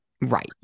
Right